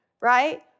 right